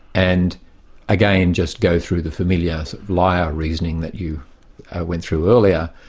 and again, just go through the familiar liar reasoning that you went through earlier,